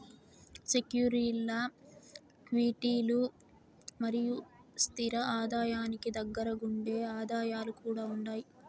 సెక్యూరీల్ల క్విటీలు మరియు స్తిర ఆదాయానికి దగ్గరగుండే ఆదాయాలు కూడా ఉండాయి